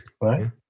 Right